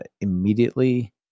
immediately